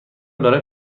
برای